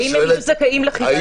האם הם יהיו זכאים לחיסון.